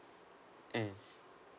mm